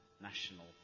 national